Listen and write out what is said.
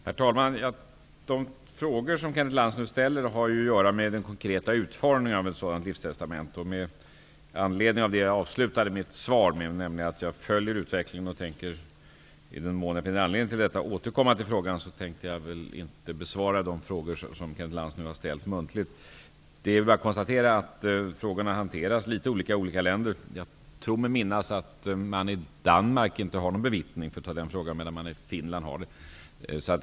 Herr talman! De frågor Kenneth Lantz nu ställer har att göra med den konkreta utformningen av ett sådant livstestamente, och med hänvisning till avslutningen av mitt skriftliga svar, att jag följer utvecklingen och i den mån jag finner anledning till detta tänker återkomma till frågan, tänker jag inte besvara de frågor Kenneth Lantz nu har ställt muntligt. Det är bara att konstatera att dessa frågor hanteras litet olika i olika länder. Jag tror mig minnas att man i Danmark inte har någon bevittning av livstestamenten, medan man i Finland har det.